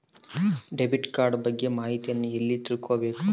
Debit card ಬಗ್ಗೆ ಮಾಹಿತಿಯನ್ನ ಎಲ್ಲಿ ತಿಳ್ಕೊಬೇಕು?